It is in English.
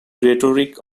rhetoric